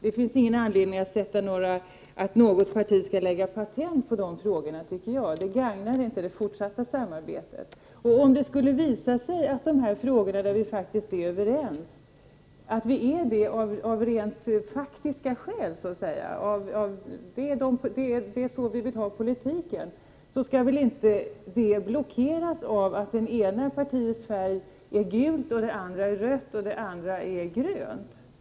Det finns ingen anledning att något parti skall ta patent på de frågorna, tycker jag. Det gagnar inte det fortsatta samarbetet. Det skulle kunna visa sig att vi är överens i dessa frågor av rent faktiska skäl, för att det är så vi vill ha politiken. Detta skall inte blockeras av att det ena partiets färg är gult, det andra rött och det tredje grönt.